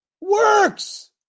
Works